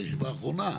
הישיבה האחרונה,